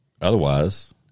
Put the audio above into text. otherwise